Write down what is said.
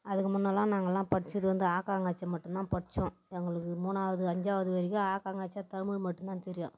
அதுக்கு முன்னெலாம் நாங்கெலாம் படித்தது வந்து ஆ க ஞ ச மட்டும்தான் படித்தோம் எங்களுக்கு மூணாவது அஞ்சாவது வரைக்கும் ஆ க ஞ ச தமிழ் மட்டும்தான் தெரியும்